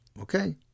Okay